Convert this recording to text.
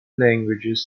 languages